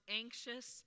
anxious